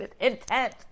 intent